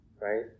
right